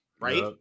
right